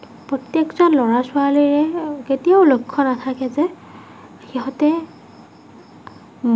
প্ৰত্যেকজন ল'ৰা ছোৱালীৰে কেতিয়াও লক্ষ্য নাথাকে যে সিহঁতে